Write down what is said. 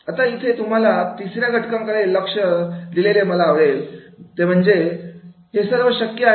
आता इथे तुम्ही तिसऱ्या घटकाकडे लक्ष दिलेले मला आवडेल म्हणजे हे सर्व शक्य आहे